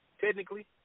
technically